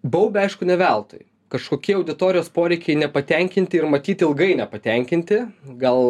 baubia aišku ne veltui kažkokie auditorijos poreikiai nepatenkinti ir matyt ilgai nepatenkinti gal